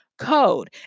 code